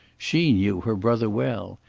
she knew her brother well.